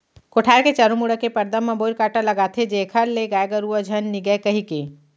कोठार के चारों मुड़ा के परदा म बोइर कांटा लगाथें जेखर ले गाय गरुवा झन निगय कहिके